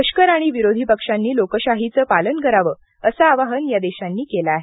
लष्कर आणि विरोधी पक्षांनी लोकशाहीचे पालन करावे असे आवाहन या देशांनी केले आहे